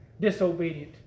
Disobedient